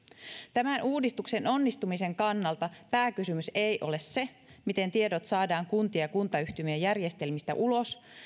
tämän uudistuksen onnistumisen kannalta pääkysymys ei ole se miten tiedot saadaan kuntien ja kuntayhtymien järjestelmistä ulos